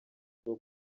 bwo